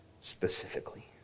specifically